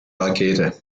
rakete